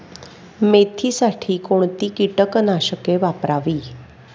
मेथीसाठी कोणती कीटकनाशके वापरावी?